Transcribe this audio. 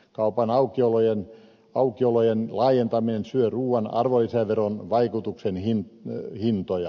kaupan aukiolojen laajentaminen syö ruuan arvonlisäveron vaikutuksen hintoja